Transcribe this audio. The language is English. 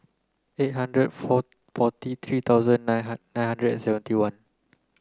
eight hundred four forty three thousand nine nine hundred and seventy one